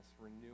renew